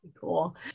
cool